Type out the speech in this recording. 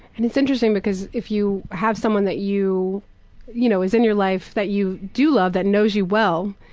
and it's interesting because if you have someone that you you know, is in your life that you do love, that knows you well,